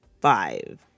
five